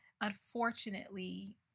unfortunately